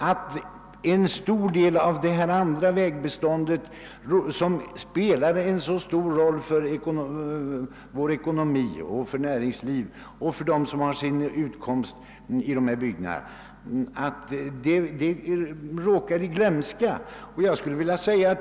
Men en stor del av det andra vägbeståndet, som spelar en så stor roll för vår ekonomi, för vårt näringsliv och för dem som har sin utkomst i ifrågavarande bygder, råkar i glömska.